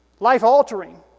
Life-altering